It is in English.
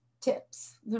tips